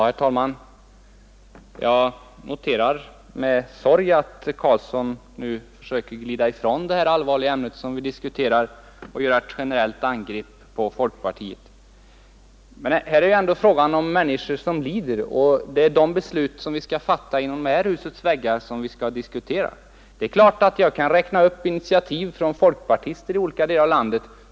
Herr talman! Jag noterar med vemod att herr Karlsson i Huskvarna vill glida ifrån det allvarliga ärende som vi nu diskuterar och göra ett generellt angrepp på folkpartiet. Men här är det ju ändå fråga om människor som lider. Låt oss nu hålla oss till deras problem och de beslut som vi skall fatta inom det här husets väggar. Jag kan räkna upp initiativ från folkpartister i olika delar av landet.